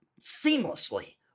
seamlessly